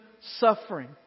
suffering